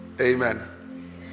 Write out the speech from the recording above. Amen